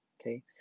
Okay